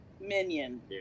Minion